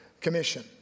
Commission